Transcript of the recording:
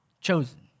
chosen